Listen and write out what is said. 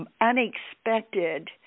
unexpected